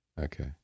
Okay